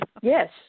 Yes